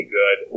good